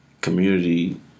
community